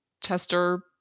tester